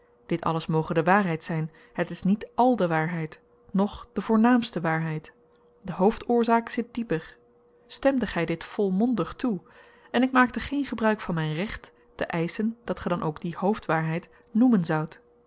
dit alles moge de waarheid zyn het is niet al de waarheid noch de voornaamste waarheid de hoofdoorzaak zit dieper stemde gy dit volmondig toe en ik maakte geen gebruik van myn recht te eischen dat ge dan ook die hoofdwaarheid noemen zoudt